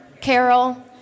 Carol